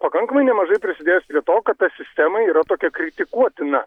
pakankamai nemažai prisidėjęs prie to kad ta sistema yra tokia kritikuotina